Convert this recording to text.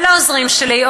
ולעוזרים שלי,